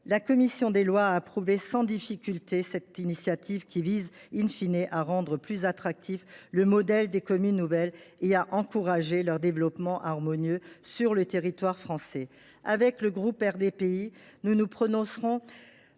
La commission des lois a approuvé sans difficulté cette initiative qui vise à rendre plus attractif le modèle des communes nouvelles et à encourager leur développement harmonieux sur le territoire français. Le groupe RDPI se prononce en